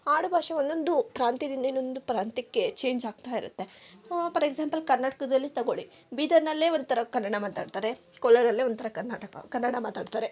ಆಡುಭಾಷೆ ಒಂದೊಂದು ಪ್ರಾಂತ್ಯದಿಂದ ಇನ್ನೊಂದು ಪ್ರಾಂತ್ಯಕ್ಕೆ ಚೇಂಜಾಗ್ತಾಯಿರುತ್ತೆ ಪಾರ್ ಎಕ್ಸಾಂಪಲ್ ಕರ್ನಾಟಕದಲ್ಲೇ ತೊಗೊಳ್ಳಿ ಬೀದರ್ನಲ್ಲೇ ಒಂಥರ ಕನ್ನಡ ಮಾತಾಡ್ತಾರೆ ಕೋಲಾರಲ್ಲೇ ಒಂಥರ ಕರ್ನಾಟಕ ಕನ್ನಡ ಮಾತಾಡ್ತಾರೆ